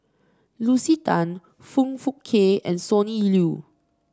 Lucy Tan Foong Fook Kay and Sonny Liew